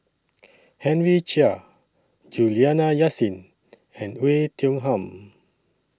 Henry Chia Juliana Yasin and Oei Tiong Ham